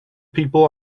people